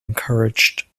encouraged